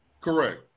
Correct